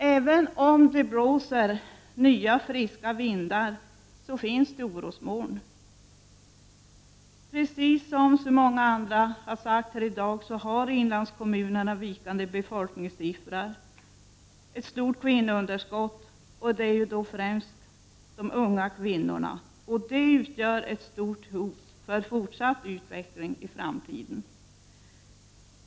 Även om det blåser nya friska vindar finns det orosmoln. Precis som många andra har sagt här i dag har inlandskommunerna vikande befolkningssiffror och ett stort kvinnounderskott. Det gäller främst unga kvinnor. Detta utgör ett stort hot för fortsatt utveckling i framtiden.